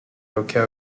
hockey